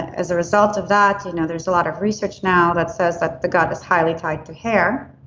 as a result of that, and there's a lot of research now that says that the gut is highly tied to hair.